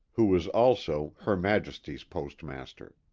who was also her majesty's postmaster.